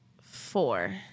Four